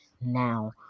now